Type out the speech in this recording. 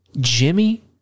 Jimmy